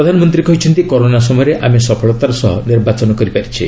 ପ୍ରଧାନମନ୍ତ୍ରୀ କହିଛନ୍ତି କରୋନା ସମୟରେ ଆମେ ସଫଳତାର ସହ ନିର୍ବାଚନ କରିପାରିଛେ